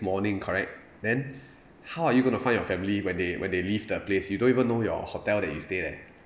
morning correct then how are you going to find your family when they when they leave the place you don't even know your hotel that you stay leh